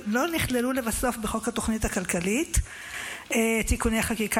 לא נכללו לבסוף בחוק התוכנית הכלכלית (תיקוני חקיקה